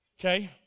Okay